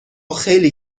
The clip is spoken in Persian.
خیلی